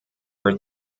are